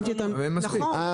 אבל אין מספיק.